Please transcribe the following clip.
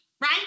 right